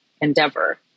endeavor